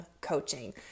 coaching